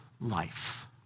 life